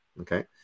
Okay